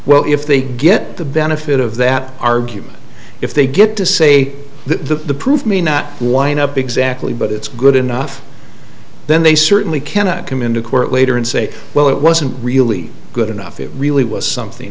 well if they get the benefit of that argument if they get to say the proof may not wind up exactly but it's good enough then they certainly cannot come into court later and say well it wasn't really good enough it really was something